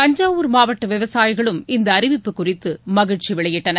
தஞ்சாவூர் மாவட்ட விவசாயிகளும் இந்த அறிவிப்பு குறித்து மகிழ்ச்சி வெளியிட்டனர்